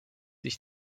sich